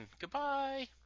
Goodbye